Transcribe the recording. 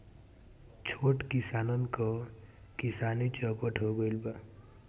छोट किसानन क किसानी चौपट हो गइल बा